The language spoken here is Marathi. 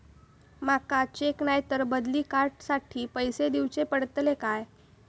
माका चेक नाय तर बदली कार्ड साठी पैसे दीवचे पडतले काय?